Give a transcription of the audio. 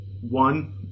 One